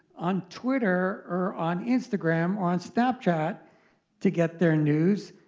on twitter, or on instagram, or on snapchat to get their news.